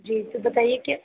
जी तो बताइए क्या